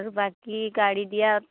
আৰু বাকী গাৰি দিয়াত